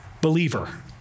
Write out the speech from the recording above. believer